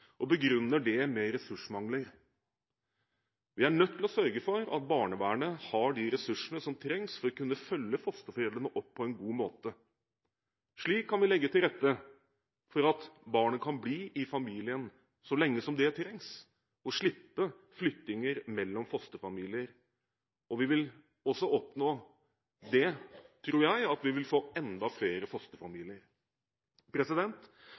de begrunner det med ressursmangel. Vi er nødt til å sørge for at barnevernet har de ressursene som trengs for å kunne følge opp fosterforeldrene på en god måte. Slik kan vi legge til rette for at barnet kan bli i familien så lenge som det trengs, og slippe flytting mellom fosterfamilier. Jeg tror vi også vil oppnå at vi får enda flere